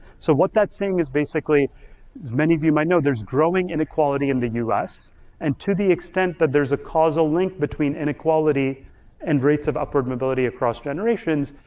so what that's saying is basically many of you might know there's growing inequality in the us and to the extent that there's a causal link between inequality and rates of upward mobility across generations.